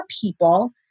people